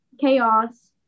chaos